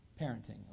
Parenting